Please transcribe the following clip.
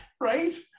Right